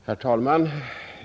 Herr talman!